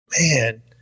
man